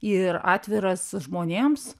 ir atviras žmonėms